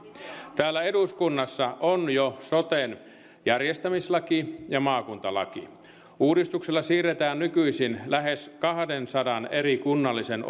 täällä eduskunnassa on jo soten järjestämislaki ja maakuntalaki uudistuksella siirretään nykyisin lähes kahdensadan eri kunnallisen